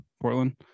Portland